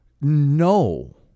No